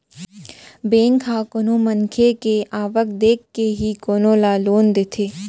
bank ह कोनो मनखे के आवक देखके ही कोनो ल लोन देथे